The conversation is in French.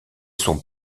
son